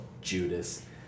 Judas